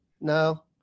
No